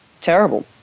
terrible